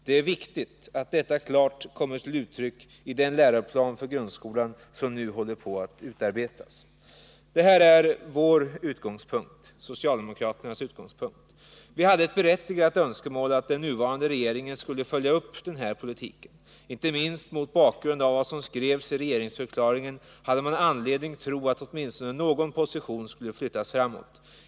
Det är viktigt att detta klart kommer till uttryck i den läroplan för grundskolan som nu håller på att utarbetas. Detta är socialdemokraternas utgångspunkt. Vi hade ett berättigat önskemål att den nuvarande regeringen skulle följa upp den här politiken. Inte minst mot bakgrund av vad som skrevs i regeringsförklaringen hade man anledning tro att åtminstone någon position skulle flyttas framåt.